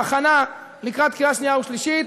בהכנה לקראת קריאה שנייה ושלישית,